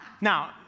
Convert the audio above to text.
Now